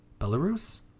Belarus